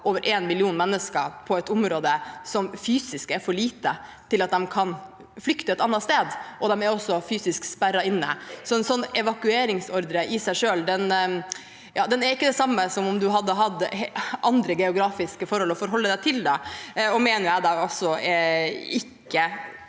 over 1 million mennesker på et område som fysisk er for lite til at de kan flykte til et annet sted, og de er også fysisk sperret inne. En slik evakueringsordre i seg selv er ikke det samme der som om man hadde hatt andre geografiske forhold å forholde seg til, og jeg mener også at det ikke